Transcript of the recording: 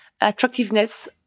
attractiveness